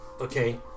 okay